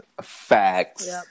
facts